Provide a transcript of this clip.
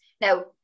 now